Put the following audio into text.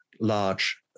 large